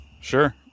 Sure